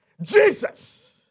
Jesus